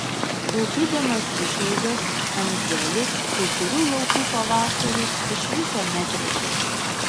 taupydamas išlaidas andzelis kai kurių laukų pavasarį iš viso netręšė